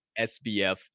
SBF